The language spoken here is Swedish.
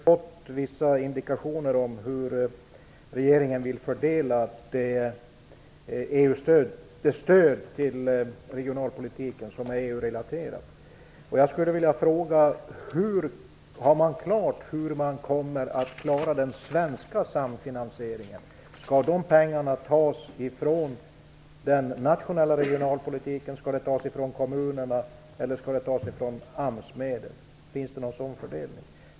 Fru talman! Jag skulle vilja ställa en fråga till arbetsmarknadsministern. Vi har fått vissa indikationer om hur regeringen vill fördela det stöd till regionalpolitiken som är EU relaterat. Är det klart hur man kommer att klara den svenska samfinansieringen? Skall de pengarna tas från de nationella regionalpolitiska medlen, från kommunerna eller från AMS-medlen? Finns det någon sådan fördelning?